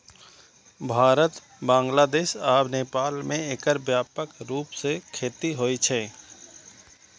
भारत, बांग्लादेश आ नेपाल मे एकर व्यापक रूप सं खेती होइ छै